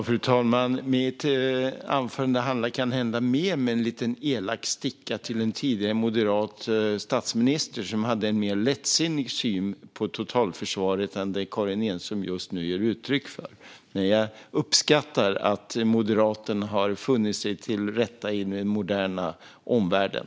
Fru talman! Mitt anförande hade kanhända mer av en liten elak sticka till en tidigare moderat statsminister som hade en mer lättsinnig syn på totalförsvaret än det som Karin Enström just nu ger uttryck för. Jag uppskattar att moderaten har funnit sig till rätta i den moderna omvärlden.